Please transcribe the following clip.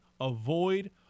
avoid